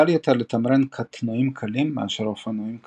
קל יותר לתמרן קטנועים קלים מאשר אופנועים כבדים.